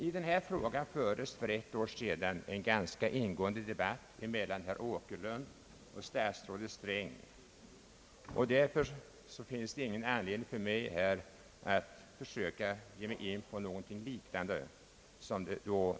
I den här frågan fördes för ett år sedan en ganska ingående debatt mellan herr Åkerlund och statsrådet Sträng, och därför finns det ingen anledning för mig att här försöka ge mig in i en liknande debatt.